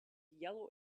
yellow